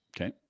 Okay